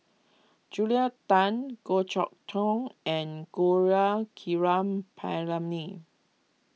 Julia Tan Goh Chok Tong and Gaurav Kripalani